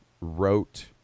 wrote